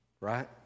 right